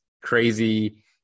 crazy